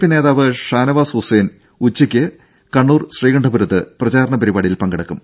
P നേതാവ് ഷാനവാസ് ഹുസൈൻ ഇന്ന് ഉച്ചയ്ക്ക് കണ്ണൂർ ശ്രീകണ്ഠപുരത്ത് പ്രചാരണ പരിപാടിയിൽ പങ്കെടുക്കും